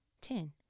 Ten